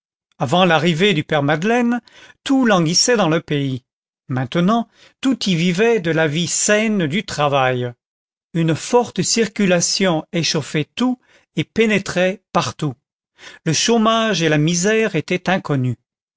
avant l'arrivée du père madeleine tout languissait dans le pays maintenant tout y vivait de la vie saine du travail une forte circulation échauffait tout et pénétrait partout le chômage et la misère étaient inconnus